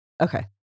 Okay